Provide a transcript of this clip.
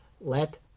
let